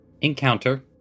Encounter